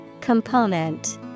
Component